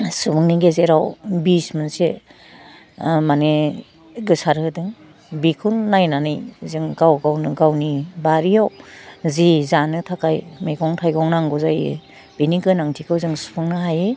सुबुंनि गेजेराव बिस मोनसे ओह मानि गोसार होदों बेखौ नायनानै जों गाव गावनो गावनि बारियाव जि जानो थाखाय मैगं थाइगं नांगौ जायो बिनि गोनांथिखौ जों सुफुंनो हायो